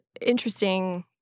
interesting—